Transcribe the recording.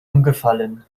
umgefallen